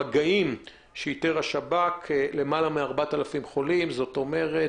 למעלה מ-4,000 חולים על ידי איכון השב"כ,